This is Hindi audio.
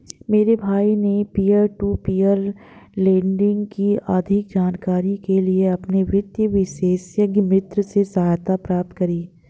मेरे भाई ने पियर टू पियर लेंडिंग की अधिक जानकारी के लिए अपने वित्तीय विशेषज्ञ मित्र से सहायता प्राप्त करी